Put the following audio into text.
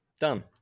done